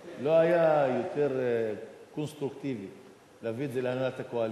לא היה יותר קונסטרוקטיבי להביא את זה להנהלת הקואליציה?